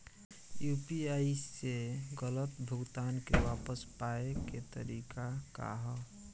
UPI से गलत भुगतान के वापस पाये के तरीका का ह?